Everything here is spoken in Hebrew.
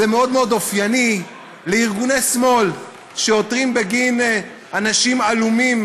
זה מאוד מאוד אופייני לארגוני שמאל שעותרים בגין אנשים עלומים,